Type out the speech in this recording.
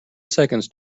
seconds